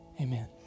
Amen